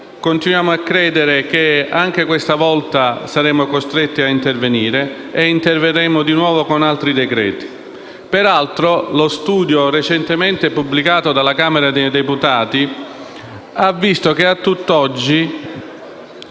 continuiamo a credere che anche questa volta saremo costretti ad intervenire e che interverremo di nuovo con altri decreti-legge. Peraltro, uno studio recentemente pubblicato dalla Camera dei deputati ha evidenziato che a tutt'oggi